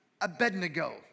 Abednego